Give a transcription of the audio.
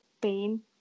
pain